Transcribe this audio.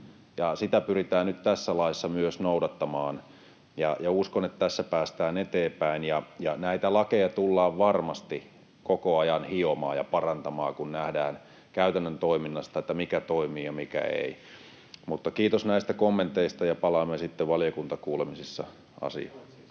Sitä pyritään nyt tässä laissa myös noudattamaan, ja uskon, että tässä päästään eteenpäin. Näitä lakeja tullaan varmasti koko ajan hiomaan ja parantamaan, kun nähdään käytännön toiminnasta, mikä toimii ja mikä ei. Kiitos näistä kommenteista, ja palaamme sitten valiokuntakuulemisissa asiaan.